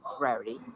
rarity